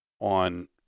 on